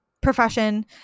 profession